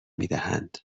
میدهند